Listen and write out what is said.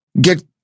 get